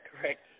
correct